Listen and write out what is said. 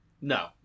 No